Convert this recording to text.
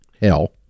hell